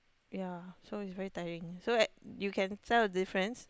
yea so is very tiring so that you can tell the difference